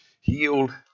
healed